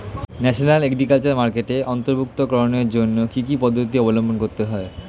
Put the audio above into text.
National agriculture মার্কেটে অন্তর্ভুক্তিকরণের জন্য কি কি পদ্ধতি অবলম্বন করতে হয়?